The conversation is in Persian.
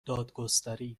دادگستری